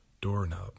doorknob